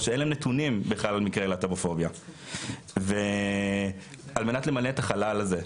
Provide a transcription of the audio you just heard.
או שאין להם נתונים בכלל על מקרי להט"בופוביה ועל מנת למלא את החלל הזה,